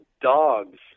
dogs